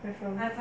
you from where